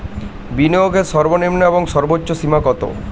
বিনিয়োগের সর্বনিম্ন এবং সর্বোচ্চ সীমা কত?